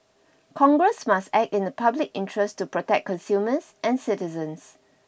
congress must act in the public interest to protect consumers and citizens